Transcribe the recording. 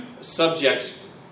subjects